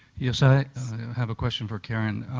yes. i have a question for karen.